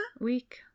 Week